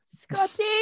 scotty